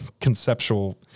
conceptual